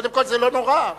זה לא נורא,